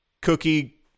cookie